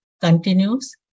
continues